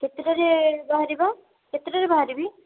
କେତେଟାରେ ବାହାରିବା କେତେଟାରେ ବାହାରିବି